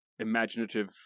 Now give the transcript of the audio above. imaginative